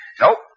Nope